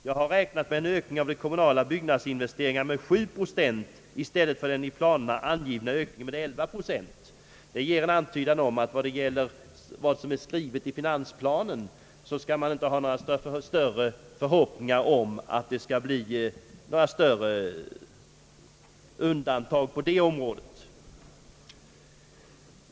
Jag har räknat med en ökning av de kommunala byggnadsinvesteringarna med 7 procent i stället för den i planerna angivna ökningen med 11 procent.» Det ger en antydan om att vad som är skrivet i finansplanen inte ger några större förhoppningar om utrymme för undantag.